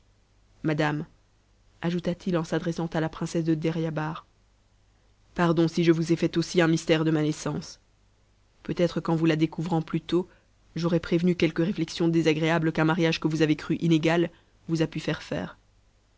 madame ajouta-t-il en s'adressant à la princesse de deryabar pardon si je vous ai fait aussi un mystère de ma naissance peut-être qu'en vous la découvrant plus tôt j'aurais prévenu quelques réflexions désagréables qu'un mariage que vous avez cru inégal vous a pu faire taire